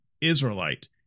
Israelite